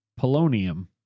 polonium